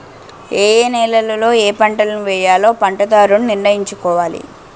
ఏయే నేలలలో ఏపంటలను వేయాలో పంటదారుడు నిర్ణయించుకోవాలి